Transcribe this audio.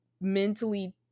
mentally